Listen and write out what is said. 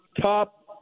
top